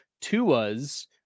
Tua's